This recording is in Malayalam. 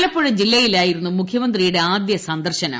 ആലപ്പുഴ ജില്ലയിലായിരുന്നു മുഖ്യമന്ത്രിയുടെ ആദ്യ സന്ദർശനം